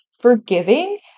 forgiving